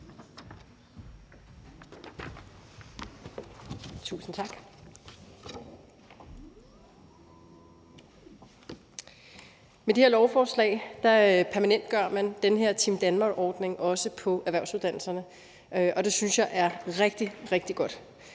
Tusind tak. Med det her lovforslag permanentgør man den her Team Danmark-ordning også på erhvervsuddannelserne, og det synes jeg er rigtig, rigtig godt.